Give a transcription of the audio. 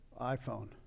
iPhone